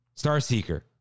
starseeker